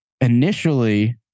initially